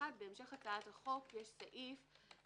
יש סעיף